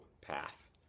path